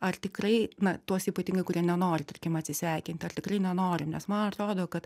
ar tikrai na tuos ypatingai kurie nenori tarkime atsisveikinti ar tikrai nenori nes man atrodo kad